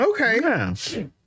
Okay